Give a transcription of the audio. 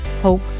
hope